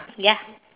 ya